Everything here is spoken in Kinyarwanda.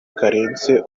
karenze